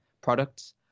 products